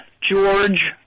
George